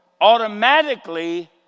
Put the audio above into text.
automatically